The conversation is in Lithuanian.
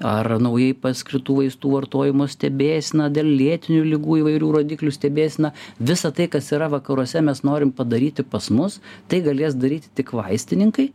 ar naujai paskirtų vaistų vartojimo stebėsena dėl lėtinių ligų įvairių rodiklių stebėsena visa tai kas yra vakaruose mes norim padaryti pas mus tai galės daryti tik vaistininkai